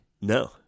No